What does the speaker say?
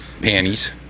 panties